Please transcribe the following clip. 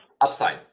upside